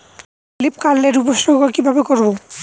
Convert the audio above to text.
Leaf curl এর উপসর্গ কিভাবে করব?